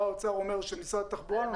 בא האוצר אומר שמשרד התחבורה לא נותן,